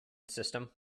system